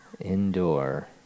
Indoor